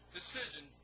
decision